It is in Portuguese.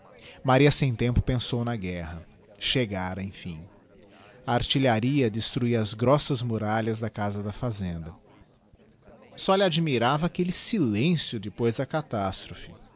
maria sem tempo pensou na guerra chegara emfim a artilharia destruía as grossas muralhas da casa da fazenda só lhe admirava aquelle silencio depois da catastrophe